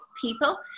people